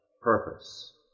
purpose